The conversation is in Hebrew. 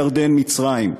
ירדן ומצרים,